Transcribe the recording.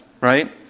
right